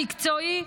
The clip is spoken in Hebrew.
מקצועי,